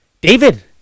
David